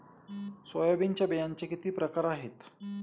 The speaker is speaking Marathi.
सोयाबीनच्या बियांचे किती प्रकार आहेत?